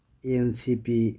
N C P